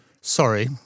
Sorry